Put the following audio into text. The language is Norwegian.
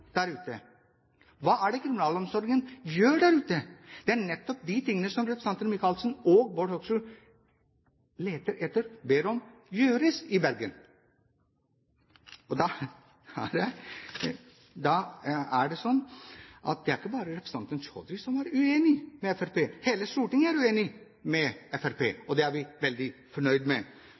Hva er det kriminalomsorgen gjør der ute? Det er nettopp de tingene som representantene Michaelsen og Bård Hoksrud leter etter og ber om, som gjøres i Bergen. Da er det sånn at det er ikke bare representanten Chaudhry som var uenig med Fremskrittspartiet. Hele Stortinget er uenig med Fremskrittspartiet, og det er vi veldig fornøyd med.